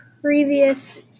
previous